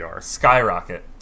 skyrocket